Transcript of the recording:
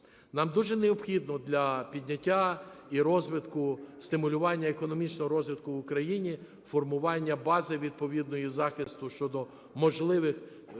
Нам дуже необхідно для підняття і розвитку, стимулювання економічного розвитку в Україні формування бази відповідної захисту щодо можливих